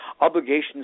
Obligations